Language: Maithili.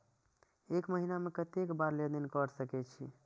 एक महीना में केतना बार लेन देन कर सके छी?